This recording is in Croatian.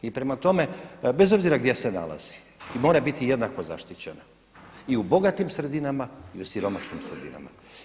I prema tome bez obzira gdje se nalazi i mora biti jednako zaštićena i u bogatim sredinama i u siromašnim sredinama.